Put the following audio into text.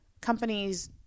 companies